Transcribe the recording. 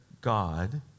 God